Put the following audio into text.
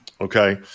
okay